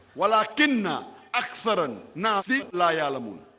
well our kin ah axiron nasi lie a ah la moon